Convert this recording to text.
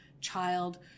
child